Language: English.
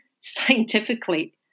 scientifically